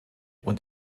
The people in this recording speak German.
und